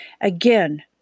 Again